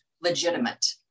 legitimate